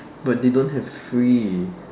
but they don't have free